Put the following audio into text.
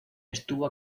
estuvo